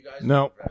No